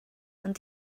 ond